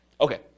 Okay